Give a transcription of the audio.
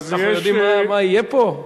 אנחנו יודעים מה יהיה פה?